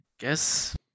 guess